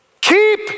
keep